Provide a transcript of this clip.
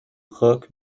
خاک